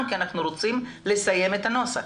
כי אנחנו רוצים לסיים את העבודה על הנוסח.